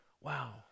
wow